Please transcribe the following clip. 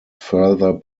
further